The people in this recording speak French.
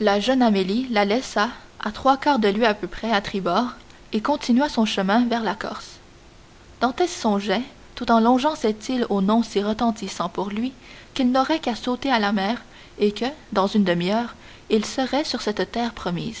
la jeune amélie la laissa à trois quarts de lieue à peu près à tribord et continua son chemin vers la corse dantès songeait tout en longeant cette île au nom si retentissant pour lui qu'il n'aurait qu'à sauter à la mer et que dans une demi-heure il serait sur cette terre promise